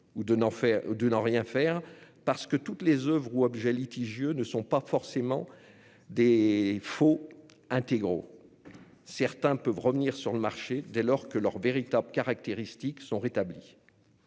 ou de n'en rien faire, parce que toutes les oeuvres ou objets litigieux ne sont pas nécessairement des faux intégraux. Certains peuvent revenir sur le marché dès lors que leurs véritables caractéristiques sont rétablies.